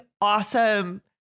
awesome